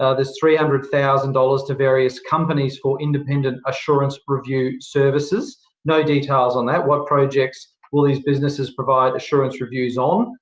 ah there's three hundred thousand dollars to various companies for independent assurance review services no details on that. what projects will these businesses provide assurance reviews on,